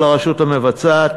של הרשות המבצעת,